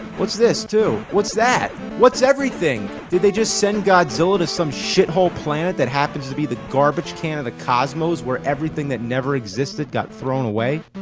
what's this too? what's that? what's everything? did they just send godzilla to some shit-hole planet that happens to be the garbage can of the cosmos where everything that never existed got thrown away?